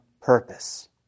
purpose